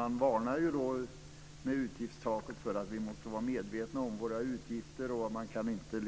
Man varnar ju med utgiftstaken för att vi måste vara medvetna om våra utgifter, och man kan inte